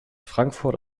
frankfurt